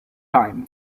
time